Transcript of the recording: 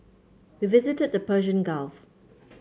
we visited the Persian Gulf